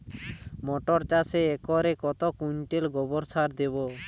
মটর চাষে একরে কত কুইন্টাল গোবরসার দেবো?